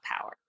power